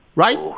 Right